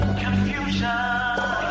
confusion